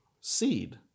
seed